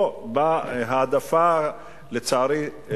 פה באה העדפה, לצערי,